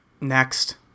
Next